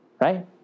right